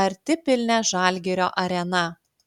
artipilnė žalgirio arena